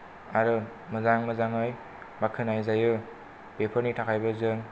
आरो मोजां मोजाङै बाखनाय जायो बेफोरनि थाखायबो जों